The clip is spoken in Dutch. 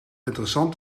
interessant